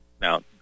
Now